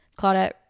Claudette